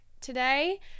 today